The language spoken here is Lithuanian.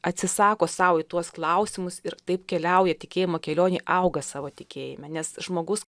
atsisako sau į tuos klausimus ir taip keliauja tikėjimo kelionėj auga savo tikėjime nes žmogus